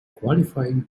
qualifying